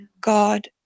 God